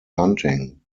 hunting